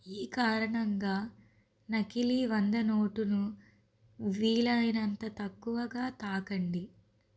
ఈ కారణంగా నకిలీ వంద నోటును వీలైనంత తక్కువగా తాకండి